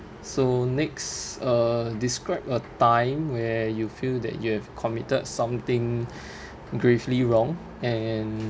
so next uh describe a time where you feel that you have committed something gravely wrong and